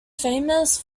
famous